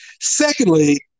Secondly